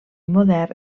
modern